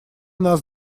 нас